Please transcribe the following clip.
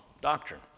doctrine